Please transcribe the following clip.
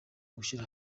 gushyira